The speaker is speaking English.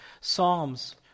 Psalms